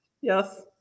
yes